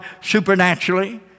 supernaturally